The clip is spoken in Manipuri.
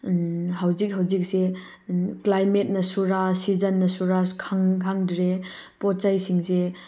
ꯍꯧꯖꯤꯛ ꯍꯧꯖꯤꯛꯁꯦ ꯀ꯭ꯂꯥꯏꯃꯦꯠꯅꯁꯨꯔ ꯁꯤꯖꯟꯅꯁꯨꯔ ꯈꯪꯗ꯭ꯔꯦ ꯄꯣꯠ ꯆꯩꯁꯤꯡꯁꯦ